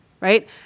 right